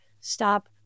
stop